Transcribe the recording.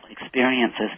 experiences